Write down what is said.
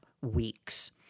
weeks